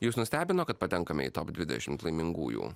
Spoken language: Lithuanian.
jus nustebino kad patenkame į top dvidešim laimingųjų